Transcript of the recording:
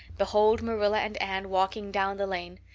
behold marilla and anne walking down the lane,